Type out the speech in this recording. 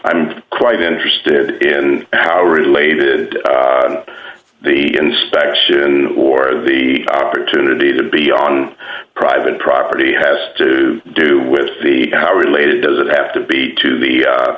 i'm quite interested in how related the inspection or the opportunity to be on private property has to do with the power related doesn't have to be to the